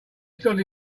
stood